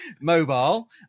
mobile